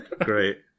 Great